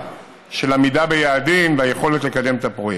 של עמידה ביעדים והיכולת לקדם את הפרויקט.